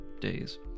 days